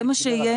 זה מה שיהיה?